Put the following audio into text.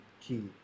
key